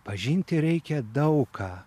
pažinti reikia daug ką